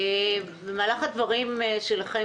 במהלך הדברים שלכם,